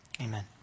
amen